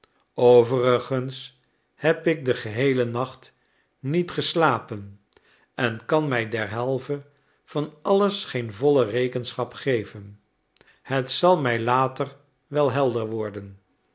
overigens heb ik den geheelen nacht niet geslapen en kan mij derhalve van alles geen volle rekenschap geven het zal mij later wel helder worden